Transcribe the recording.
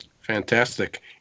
Fantastic